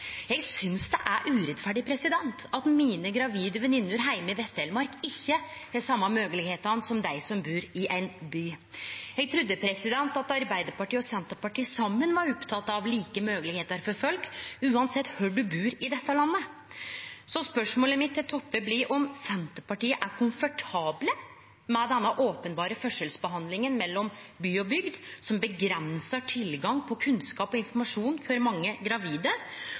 Eg synest det er urettferdig at mine gravide veninner heime i Vest-Telemark ikkje har dei same moglegheitene som dei som bur i ein by. Eg trudde at Arbeidarpartiet og Senterpartiet saman var opptekne av like moglegheiter for folk uansett kvar ein bur i dette landet. Så spørsmålet mitt til representanten Toppe blir om Senterpartiet er komfortabel med denne openberre forskjellsbehandlinga mellom by og bygd som avgrensar tilgang på kunnskap og informasjon for mange gravide.